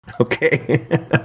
Okay